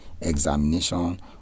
examination